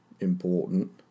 important